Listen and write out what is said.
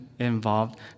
involved